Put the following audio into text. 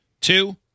two